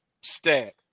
stat